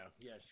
Yes